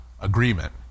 agreement